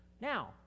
Now